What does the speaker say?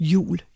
Jul